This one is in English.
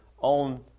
On